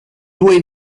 due